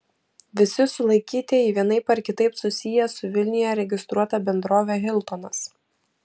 visi sulaikytieji vienaip ar kitaip susiję su vilniuje registruota bendrove hiltonas